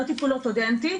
לא טיפול אורתודנטי.